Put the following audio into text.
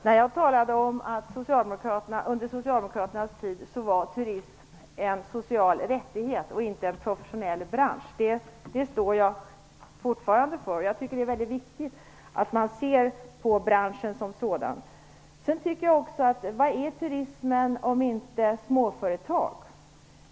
Herr talman! Jag talade om att under Socialdemokraternas tid var turism en social rättighet och inte en professionell bransch. Det står jag fortfarande för. Jag tycker att det är väldigt viktigt att man ser på branschen som sådan. Vad är turismen, om inte småföretag?